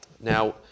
Now